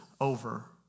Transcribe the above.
over